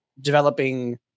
developing